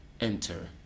enter